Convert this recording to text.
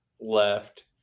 left